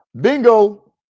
bingo